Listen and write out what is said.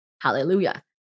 Hallelujah